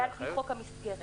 זה לפי חוק המסגרת.